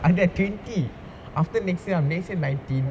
I'll be twenty after next year next year nineteen